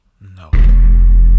no